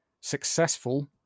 successful